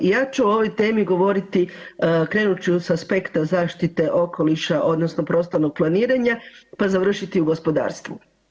I ja ću ovoj temi govoriti, krenut ću sa aspekta zaštite okoliša odnosno prostornog planiranja, pa završiti u gospodarstvu.